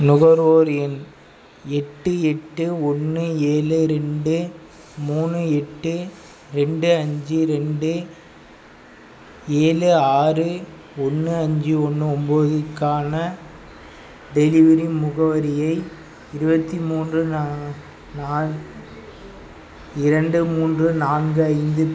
நுகர்வோர் எண் எட்டு எட்டு ஒன்று ஏழு ரெண்டு மூணு எட்டு ரெண்டு அஞ்சு ரெண்டு ஏழு ஆறு ஒன்று அஞ்சு ஒன்று ஒம்பதுக்கான டெலிவரி முகவரியை இருபத்தி மூன்று நா நா இரண்டு மூன்று நான்கு ஐந்து